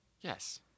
Yes